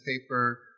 paper